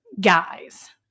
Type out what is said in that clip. guys